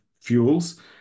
fuels